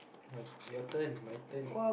my your turn my turn